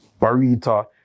Barita